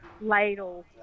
ladle